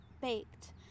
baked